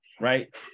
right